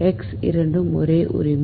x இரண்டும் ஒரே உரிமை